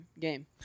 game